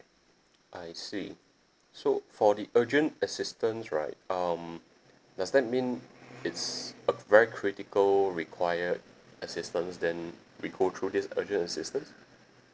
I see so for the urgent assistance right um does that mean it's a very critical required assistance then we go through this urgent assistance